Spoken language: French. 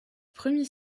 premiers